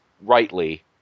rightly